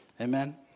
Amen